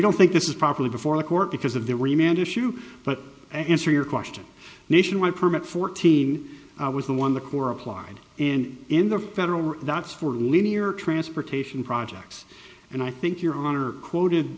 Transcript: don't think this is properly before the court because of the remainder shoe but answer your question nationwide permit fourteen was the one the core applied and in the federal that's four linear transportation projects and i think your honor quoted